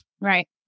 Right